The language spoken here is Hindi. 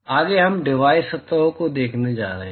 आगे हम डिवाइड सतहों को देखने जा रहे हैं